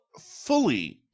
Fully